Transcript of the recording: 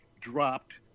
dropped